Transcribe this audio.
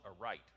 aright